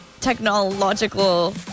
technological